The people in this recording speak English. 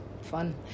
fun